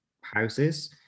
houses